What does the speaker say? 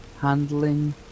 handling